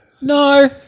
No